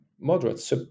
moderate